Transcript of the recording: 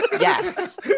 Yes